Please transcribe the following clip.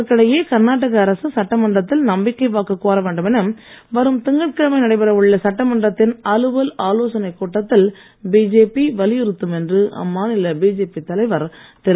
இதற்கிடையே கர்நாடகா அரசு சட்டமன்றத்தில் நம்பிக்கை வாக்கு கோர வேண்டும் என வரும் திங்கட்கிழமை நடைபெறவுள்ள சட்டமன்றத்தின் அலுவல் ஆலோசனை கூட்டத்தில் பிஜேபி வலியுறுத்தும் என்று அம்மாநில பிஜேபி தலைவர் திரு